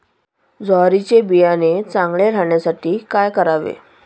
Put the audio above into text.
ज्वारीचे बियाणे चांगले राहण्यासाठी काय करावे?